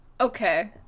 Okay